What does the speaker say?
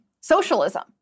socialism